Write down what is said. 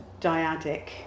dyadic